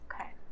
Okay